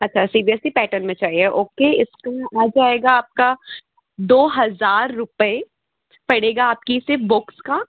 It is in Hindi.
अच्छा C B S C pattern में चाहिए ओके इसमें आ जाएगा आपका दो हज़ार रुपए पड़ेगा आपकी सिर्फ बुक्स का